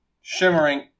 Shimmering